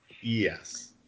Yes